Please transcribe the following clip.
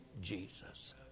Jesus